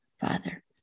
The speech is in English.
Father